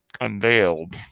unveiled